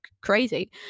crazy